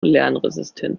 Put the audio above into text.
lernresistent